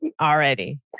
already